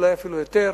אולי אפילו יותר,